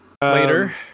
Later